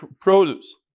produce